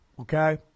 okay